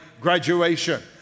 graduation